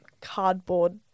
cardboard